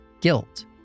guilt